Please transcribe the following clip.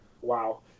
Wow